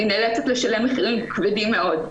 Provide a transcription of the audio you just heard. אני נאלצת לשלם מחירים כבדים מאוד.